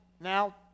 now